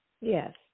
Yes